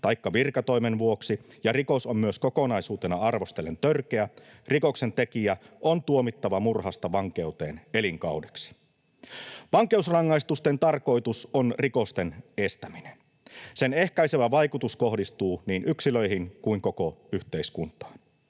taikka virkatoimen vuoksi ja rikos on myös kokonaisuutena arvostellen törkeä, rikoksentekijä on tuomittava murhasta vankeuteen elinkaudeksi. Vankeusrangaistuksen tarkoitus on rikosten estäminen. Sen ehkäisevä vaikutus kohdistuu niin yksilöihin kuin koko yhteiskuntaan.